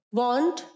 want